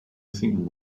think